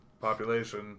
population